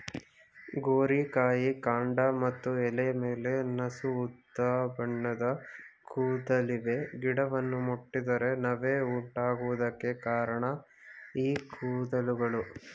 ಗೋರಿಕಾಯಿ ಕಾಂಡ ಮತ್ತು ಎಲೆ ಮೇಲೆ ನಸು ಉದಾಬಣ್ಣದ ಕೂದಲಿವೆ ಗಿಡವನ್ನು ಮುಟ್ಟಿದರೆ ನವೆ ಉಂಟಾಗುವುದಕ್ಕೆ ಕಾರಣ ಈ ಕೂದಲುಗಳು